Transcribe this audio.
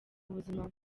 ubuzima